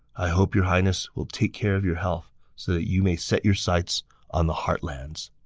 i hope your highness will take care of your health so that you may set your sights on the heartlands!